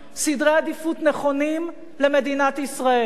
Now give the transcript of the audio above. סדרי עדיפות נכונים למדינת ישראל.